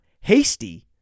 Hasty